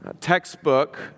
textbook